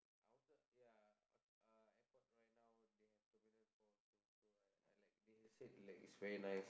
I wanted ya uh airport right now they have Terminal Four so so I I like they said like it's very nice